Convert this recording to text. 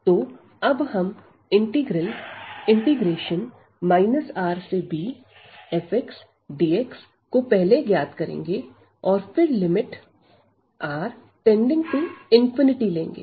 तो अब हम इंटीग्रल Rbfxdx को पहले ज्ञात करेंगे और फिर लिमिट R टेन्डिंग टू लेंगे